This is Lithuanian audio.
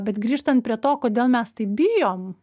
bet grįžtant prie to kodėl mes taip bijom